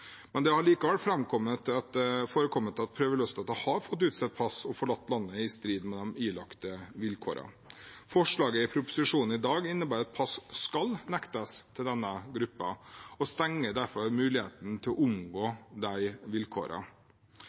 Det har likevel forekommet at prøveløslatte har fått utstedt pass og forlatt landet i strid med de ilagte vilkårene. Forslaget i proposisjonen i dag innebærer at denne gruppen skal nektes pass, og stenger derfor muligheten til å omgå de